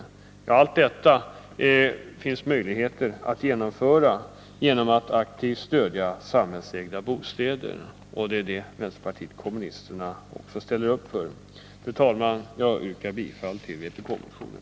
Allt detta finns det möjligheter att genomföra genom att aktivt stödja samhällsägda bostäder, och det är det som vpk ställer upp för. Fru talman! Jag yrkar bifall till vpk-motionen.